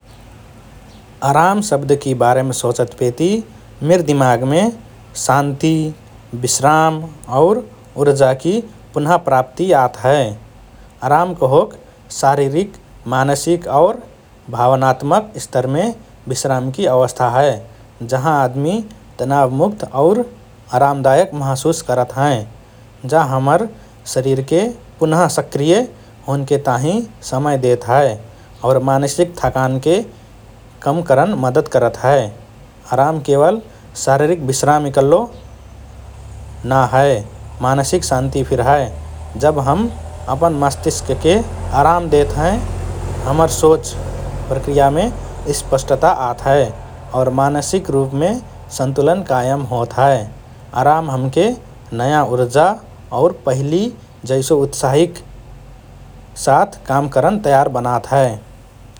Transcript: “आराम” शब्दकि बारेम सोचतपेति मिर दिमागमे शान्ति, विश्राम और ऊर्जाकि पुनः प्राप्ति आत हए । आराम कहोक शारीरिक, मानसिक और भावनात्मक स्तरमे विश्रामकि अवस्था हए, जहाँ आदमी तनावमुक्त और आरामदायक महसुस करत हएँ । जा हमर शरीरके पुनः सक्रिय होनके ताहिँ समय देत हए और मानसिक थकानके कम करन मद्दत करत हए । आराम केवल शारीरिक विश्राम इकल्लो ना हए, मानसिक शान्ति फिर हए । जब हम अपन मस्तिष्कके आराम देत हएँ, हमर सोच प्रक्रियामे स्पष्टता आत हए और मानसिक रुपमे सन्तुलन कायम होत हए । आराम हमके नया ऊर्जा और पहिलि जैसो उत्साहकि साथ काम करन तयार बनात हए ।